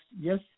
yes